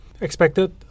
Expected